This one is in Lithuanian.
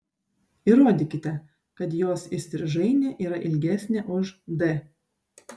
įrodykite kad jos įstrižainė yra ilgesnė už d